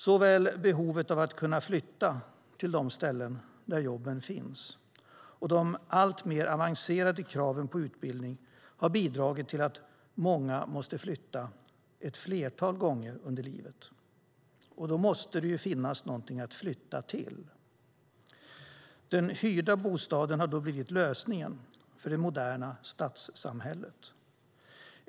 Såväl behovet av att kunna flytta till de ställen där jobben finns och de alltmer avancerade kraven på utbildning har bidragit till att många måste flytta ett flertal gånger under livet, och då måste det ju finnas något att flytta till. Den hyrda bostaden har blivit lösningen för det moderna stadssamhället.